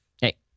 Hey